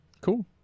cool